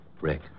Rick